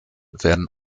werden